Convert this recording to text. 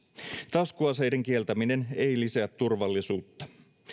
taskuaseiden kieltäminen ei lisää turvallisuutta